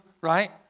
right